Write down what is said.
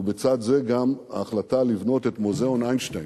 ולצד זה גם החלטה לבנות את מוזיאון איינשטיין.